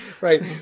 Right